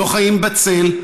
לא חיים בצל,